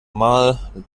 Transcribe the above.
mal